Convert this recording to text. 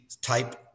type